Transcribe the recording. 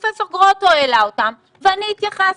פרופ' גרוטו העלה אותם, ואני התייחסתי.